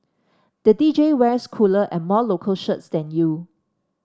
the D J wears cooler and more local shirts than you